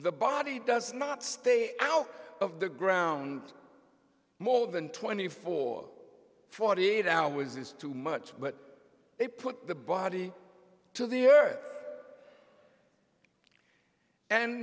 the body does not stay out of the ground more than twenty four forty eight hours is too much but they put the body to the earth and